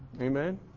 Amen